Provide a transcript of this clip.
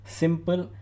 simple